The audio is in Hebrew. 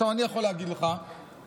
עכשיו, אני יכול להגיד לך באחריות